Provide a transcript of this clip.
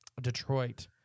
Detroit